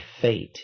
fate